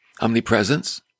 omnipresence